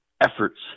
efforts